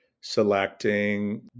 selecting